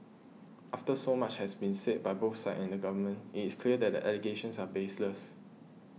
after so much has been said by both sides and the Government it's clear that the allegations are baseless